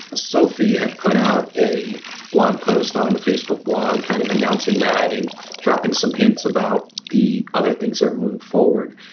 sophie had put out a blog post on the facebook blog kind of announcing that and dropping some hints about the other things are moving forward.